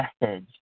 message